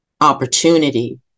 opportunity